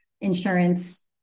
insurance